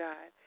God